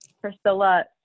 Priscilla